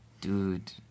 dude